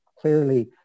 clearly